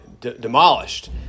demolished